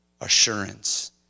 assurance